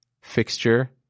fixture